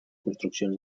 construccions